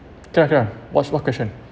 keo~ Keong what's what question